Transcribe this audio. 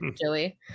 Joey